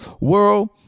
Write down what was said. world